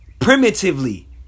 primitively